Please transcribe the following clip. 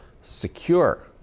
secure